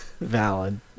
valid